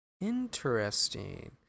interesting